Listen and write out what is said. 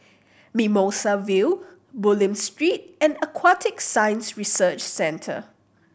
Mimosa View Bulim Street and Aquatic Science Research Centre